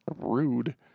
Rude